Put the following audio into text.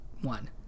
one